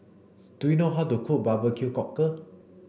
do you know how to cook Barbecue cockle